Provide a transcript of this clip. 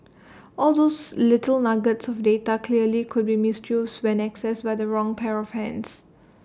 all those little nuggets of data clearly could be misused when accessed by the wrong pair of hands